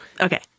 Okay